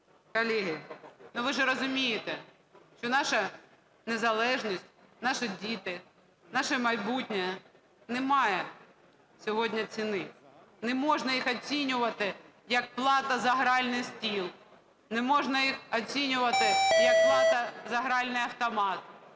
Колеги, ви ж розумієте, що наша незалежність, наші діти, наше майбутнє не мають сьогодні ціни, не можна їх оцінювати як плату за гральний стіл, не можна їх оцінювати, як плату за гральний автомат,